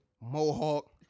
mohawk